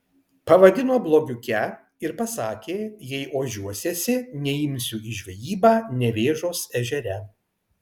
pavadino blogiuke ir pasakė jei ožiuosiesi neimsiu į žvejybą nevėžos ežere